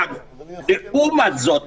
לעומת זאת,